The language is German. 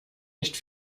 nicht